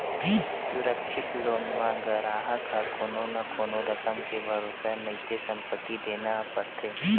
सुरक्छित लोन म गराहक ह कोनो न कोनो रकम के भरोसा नइते संपत्ति देना परथे